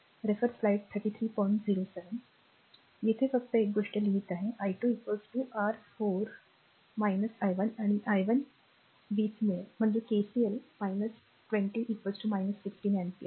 येथे फक्त एक गोष्ट लिहित आहे i2 r 4 i 1 आणि i 1 20 मिळाले म्हणजे KCL 20 16 अँपिअर